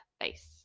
face